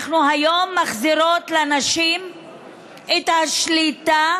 אנחנו היום מחזירות לנשים את השליטה